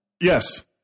Yes